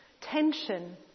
tension